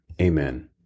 Amen